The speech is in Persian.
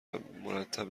مرتب